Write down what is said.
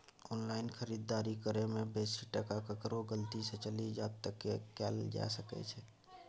Online खरीददारी करै में बेसी टका केकरो गलती से चलि जा त की कैल जा सकै छै?